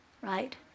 Right